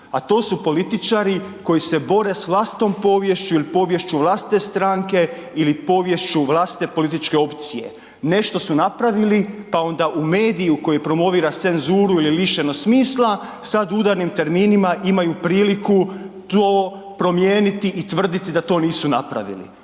a to su političari koji se bore s vlastitom poviješću ili poviješću vlastite stranke ili poviješću vlastite političke opcije, nešto su napravili pa onda u mediju koji promovira senssuru ili lišenost smisla, sad udarnim terminima imaju priliku to promijeniti i tvrditi da to nisu napravili,